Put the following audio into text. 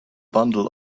bundle